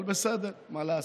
אבל בסדר, מה לעשות.